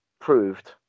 Proved